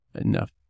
enough